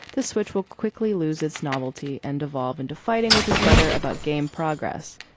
this switch will quickly lose its novelty and devolve into fighting with his brother about game progress.